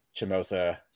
Chimosa